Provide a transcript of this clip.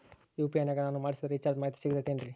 UPI ನಾಗ ನಾನು ಮಾಡಿಸಿದ ರಿಚಾರ್ಜ್ ಮಾಹಿತಿ ಸಿಗುತೈತೇನ್ರಿ?